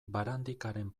barandikaren